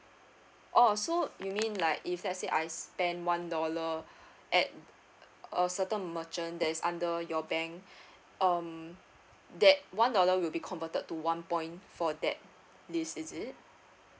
oh so you mean like if let's say I spend one dollar at a certain merchant that is under your bank um that one dollar will be converted to one point for that list is it